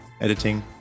editing